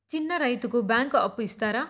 చిన్న రైతుకు బ్యాంకు అప్పు ఇస్తారా?